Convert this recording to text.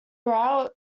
route